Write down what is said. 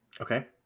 Okay